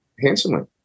handsomely